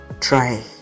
try